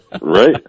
right